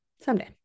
someday